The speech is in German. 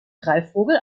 greifvogel